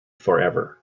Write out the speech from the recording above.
forever